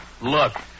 Look